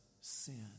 sin